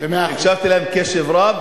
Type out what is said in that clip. הקשבתי להם קשב רב,